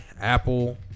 Apple